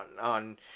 on